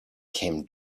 came